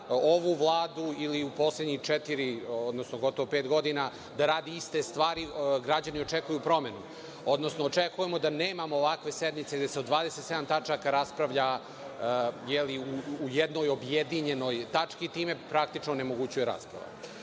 ovu Vladu ili poslednjih četiri, pet godina da radi iste stvari. Građani očekuju promenu, odnosno očekujemo da nemamo ovakvu sednicu gde se o 27 tačaka raspravlja u jednoj objedinjenoj tački. Time praktično je onemogućena rasprava. Ono